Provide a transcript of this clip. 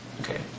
okay